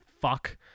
fuck